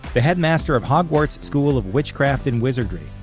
the headmaster of hogwarts school of witchcraft and wizardry,